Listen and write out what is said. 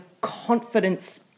confidence